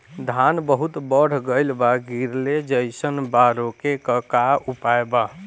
धान बहुत बढ़ गईल बा गिरले जईसन बा रोके क का उपाय बा?